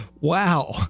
Wow